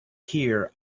here